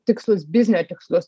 tikslus biznio tikslus